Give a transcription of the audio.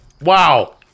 Wow